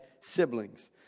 siblings